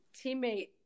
teammate